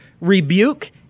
rebuke